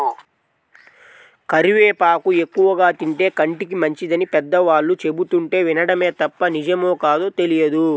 కరివేపాకు ఎక్కువగా తింటే కంటికి మంచిదని పెద్దవాళ్ళు చెబుతుంటే వినడమే తప్ప నిజమో కాదో తెలియదు